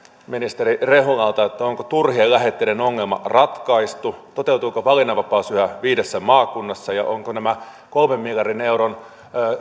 ministeri rehulalta onko turhien lähetteiden ongelma ratkaistu toteutuuko valinnanvapaus yhä viidessä maakunnassa ja ovatko nämä kolmen miljardin euron